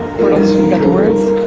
got the words.